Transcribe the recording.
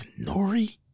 nori